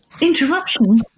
Interruption